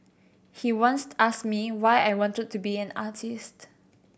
he once asked me why I wanted to be an artist